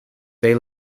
they